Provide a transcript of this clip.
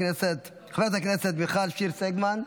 חברת הכנסת מיכל שיר סגמן,